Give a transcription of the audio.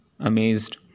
Amazed